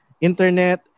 internet